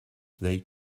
they